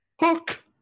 Hook